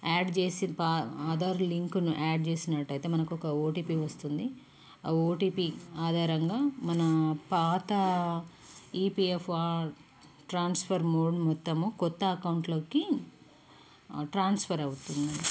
add చేసి బా ఆధార్ లింక్ను యాడ్ చేసినట్టయితే మనకొక ఓ టీ పీ వస్తుంది ఆ ఓ టీ పీ ఆధారంగా మన పాత EPF transfer mode మొత్తము కొత్త అకౌంట్లోకి ట్రాన్స్ఫర్ అవుతుంది